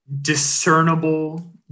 discernible